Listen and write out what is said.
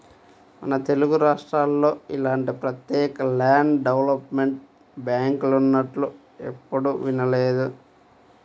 మన తెలుగురాష్ట్రాల్లో ఇలాంటి ప్రత్యేక ల్యాండ్ డెవలప్మెంట్ బ్యాంకులున్నట్లు ఎప్పుడూ వినలేదు